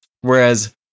whereas